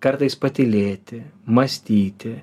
kartais patylėti mąstyti